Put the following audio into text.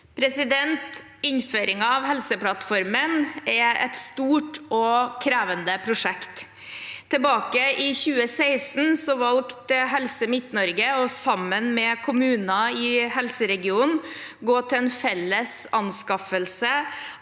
Innføringen av Helseplattformen er et stort og krevende prosjekt. Tilbake i 2016 valgte Helse Midt-Norge sammen med kommuner i helseregionen å gå til en felles anskaffelse